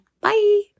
Bye